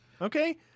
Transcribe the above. Okay